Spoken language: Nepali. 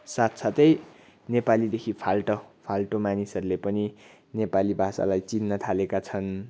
साथसाथै नेपालीदेखि फाल्टु फाल्टु मानिसहरूले पनि नेपाली भाषालाई चिन्न थालेका छन्